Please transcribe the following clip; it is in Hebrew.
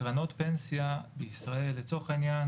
קרנות פנסיה בישראל, לצורך הענין